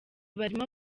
barimo